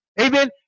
Amen